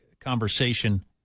conversation